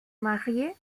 mariée